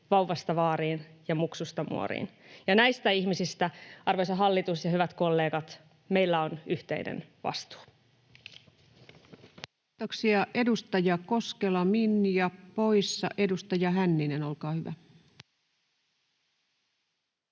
vauvasta vaariin ja muksusta muoriin, ja näistä ihmisistä, arvoisa hallitus ja hyvät kollegat, meillä on yhteinen vastuu. Kiitoksia. — Edustaja Koskela, Minja poissa. — Edustaja Hänninen, olkaa hyvä.